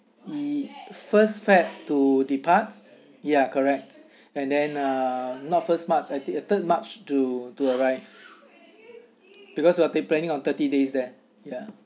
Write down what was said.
!ee! first feb~ to depart ya correct and then uh not first march I think third march to to arrive because we are planning on thirty days there ya